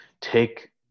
take